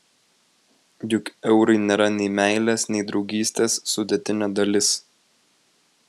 juk eurai nėra nei meilės nei draugystės sudėtinė dalis